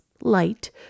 light